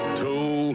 two